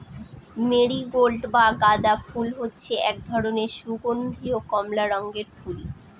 marigold বা গাঁদা ফুল হচ্ছে এক ধরনের সুগন্ধীয় কমলা রঙের ফুল